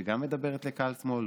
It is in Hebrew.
שגם מדברת לקהל שמאל?